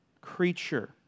Creature